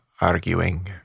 arguing